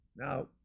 Now